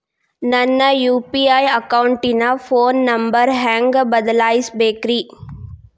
ನನ್ನ ಯು.ಪಿ.ಐ ಅಕೌಂಟಿನ phone number ಹೆಂಗ್ ಬದಲಾಯಿಸ ಬೇಕ್ರಿ?